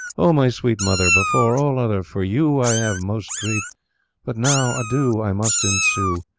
o my sweet mother, before all other for you i have most drede but now, adieu! i must ensue,